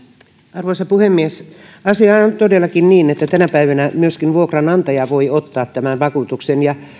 arvoisa puhemies asiahan on todellakin niin että tänä päivänä myöskin vuokranantaja voi ottaa tämän vakuutuksen ja